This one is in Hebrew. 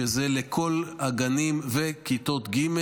שזה לכל הגנים וכיתות ג',